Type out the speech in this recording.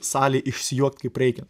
salei išsijuokt kaip reikia